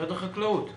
משרד החקלאות בבקשה.